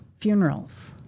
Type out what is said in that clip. funerals